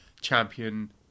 champion